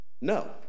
No